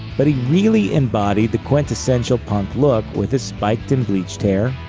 but he really embodied the quintessential punk look with his spiked and bleached hair,